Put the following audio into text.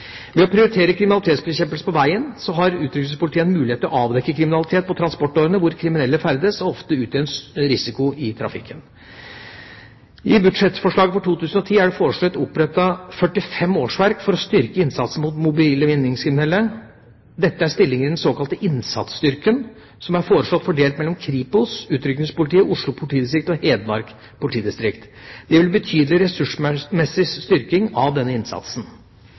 Ved å prioritere kriminalitetsbekjempelse på veien har Utrykningspolitiet en mulighet til å avdekke kriminalitet på transportårene hvor kriminelle ferdes og ofte utgjør en risiko i trafikken. I budsjettforslaget for 2010 er det foreslått opprettet 45 årsverk for å styrke innsatsen mot mobile vinningskriminelle. Dette er stillinger i den såkalte innsatsstyrken som er foreslått fordelt mellom Kripos, Utrykningspolitiet, Oslo politidistrikt og Hedmark politidistrikt. Det vil gi betydelig ressursmessig styrking av denne innsatsen.